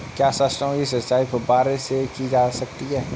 क्या सरसों की सिंचाई फुब्बारों से की जा सकती है?